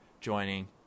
joining